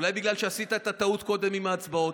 אולי בגלל שעשית את הטעות קודם עם ההצבעות,